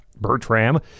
Bertram